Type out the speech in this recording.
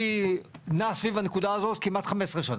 אני נע סביב הנקודה האת כמעט 15 שנה.